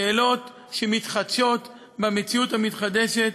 שאלות שמתחדשות במציאות המתחדשת,